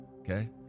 Okay